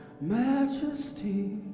majesty